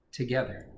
together